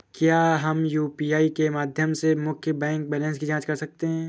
क्या हम यू.पी.आई के माध्यम से मुख्य बैंक बैलेंस की जाँच कर सकते हैं?